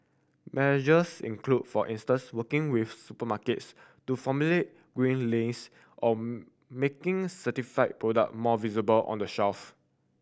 measures include for instance working with supermarkets to formulate green lanes or making certified product more visible on the shelf